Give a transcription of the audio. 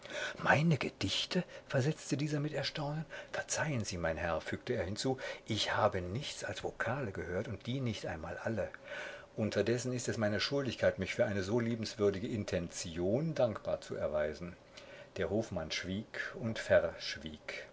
meine gedichte versetzte dieser mit erstaunen verzeihen sie mein herr fügte er hinzu ich habe nichts als vokale gehört und die nicht einmal alle unterdessen ist es meine schuldigkeit mich für eine so liebenswürdige intention dankbar zu erweisen der hofmann schwieg und